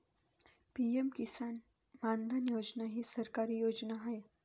PM Kisan Maandhan योजना ही सरकारी योजना आहे